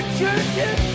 churches